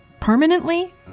Permanently